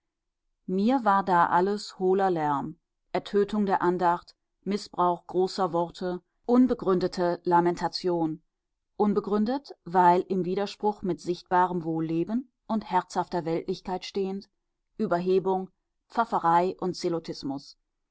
mir war da alles hohler lärm ertötung der andacht mißbrauch großer worte unbegründete lamentation unbegründet weil im widerspruch mit sichtbarem wohlleben und herzhafter weltlichkeit stehend überhebung pfafferei und